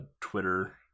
twitter